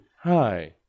Hi